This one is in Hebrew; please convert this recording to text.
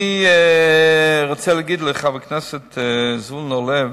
אני רוצה להגיד לחבר הכנסת זבולון אורלב: